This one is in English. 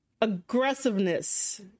aggressiveness